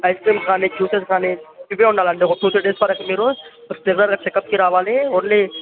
ice creams కానీ juices కానీ ఇవే ఉండాలండి ఒక టూ త్రీ డేస్ వరకు మీరు రెగ్యులర్గా చెకప్కి రావాలి ఓన్లీ